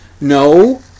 No